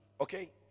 Okay